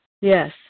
Yes